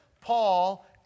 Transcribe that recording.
Paul